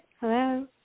Hello